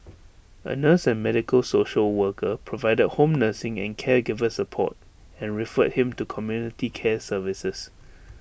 A nurse and medical social worker provided home nursing and caregiver support and referred him to community care services